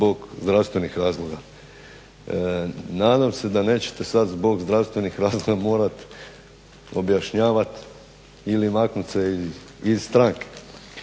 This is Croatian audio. zbog zdravstvenih razloga. Nadam se da nećete sad zbog zdravstvenih razloga morati objašnjavati ili maknuti se iz stranke.